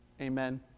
Amen